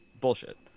bullshit